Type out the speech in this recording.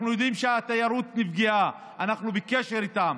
אנחנו יודעים שהתיירות נפגעה, אנחנו בקשר איתם.